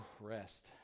Rest